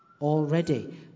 already